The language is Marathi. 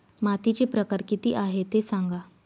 मातीचे प्रकार किती आहे ते सांगा